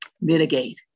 mitigate